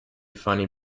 funny